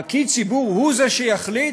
פקיד ציבור הוא זה שיחליט?